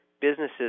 Businesses